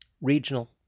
regional